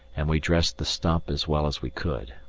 and we dressed the stump as well as we could.